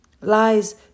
Lies